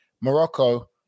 Morocco